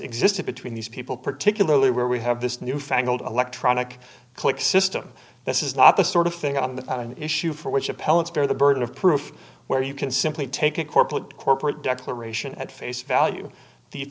existed between these people particularly where we have this new fangled electronic click system this is not the sort of thing on the an issue for which appellants bear the burden of proof where you can simply take a corporate corporate declaration at face value the